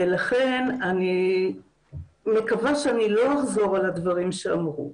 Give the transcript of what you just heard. ולכן אני מקווה שאני לא אחזור על הדברים שאמרו.